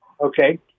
Okay